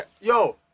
yo